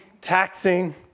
taxing